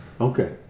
Okay